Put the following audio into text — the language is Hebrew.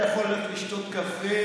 אתה יכול ללכת לשתות קפה.